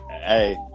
Hey